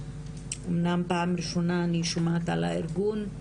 אמנם פעם ראשונה אני שומעת על הארגון,